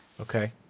okay